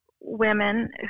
women